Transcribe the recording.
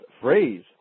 phrase